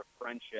friendship